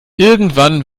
irgendwann